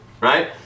right